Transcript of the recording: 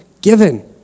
given